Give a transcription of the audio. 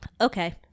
Okay